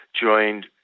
Joined